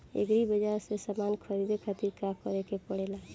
Agri बाज़ार से समान ख़रीदे खातिर का करे के पड़ेला?